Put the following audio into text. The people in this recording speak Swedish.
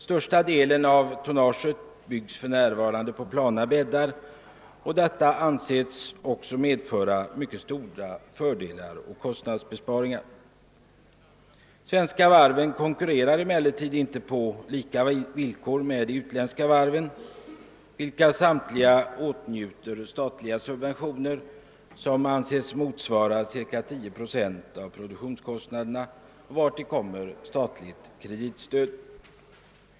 Största delen av tonnaget byggs för närvarande på plana bäddar, och detta anses medföra mycket stora fördelar och kostnadsbesparingar. Svenska varv konkurrerar emellertid inte på lika villkor med utländska varv, vilka samtliga åtnjuter statliga subventioner som anses motsvara ca 10 procent av produktionskostnaderna, vartill kommer statligt kreditstöd.